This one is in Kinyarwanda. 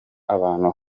abantu